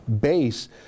base